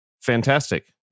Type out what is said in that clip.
Fantastic